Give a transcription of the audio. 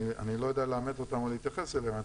אני לא יודע לאמת או להתייחס אליהם,